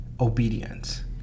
obedience